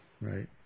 Right